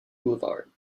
boulevard